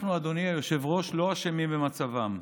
אנחנו, אדוני היושב-ראש, לא אשמים במצבם.